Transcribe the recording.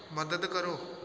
ਮਦਦ ਕਰੋ